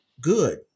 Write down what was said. good